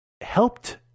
helped